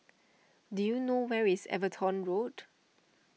do you know where is Everton Road